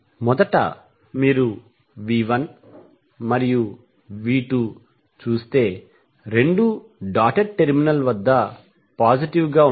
మొదట మీరు V1 మరియు V2 చూస్తే రెండూ డాటెడ్ టెర్మినల్ వద్ద పాజిటివ్ గా ఉంటాయి